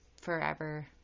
forever